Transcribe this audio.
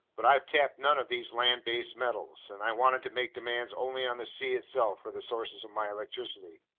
but i've tapped none of these land-based metals, and i wanted to make demands only on the sea itself for the sources of my electricity.